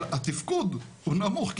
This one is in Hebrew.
אבל התפקוד הוא נמוך.